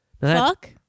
Fuck